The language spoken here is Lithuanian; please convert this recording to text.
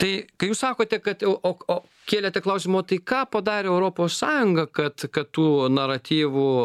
tai kai jūs sakote kad au o o kėlėte klausimą o tai ką padarė europos sąjunga kad kad tų naratyvų